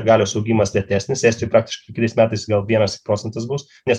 galios augimas lėtesnis estijoj praktiškai kitais metais gal vienas tik procentas bus nes